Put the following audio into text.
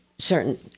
certain